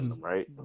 right